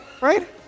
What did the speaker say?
right